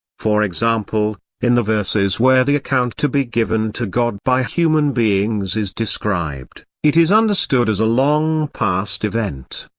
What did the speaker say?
for example, in the verses where the account to be given to god by human beings is described, it is understood as a long passed event.